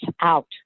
out